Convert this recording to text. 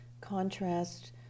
contrast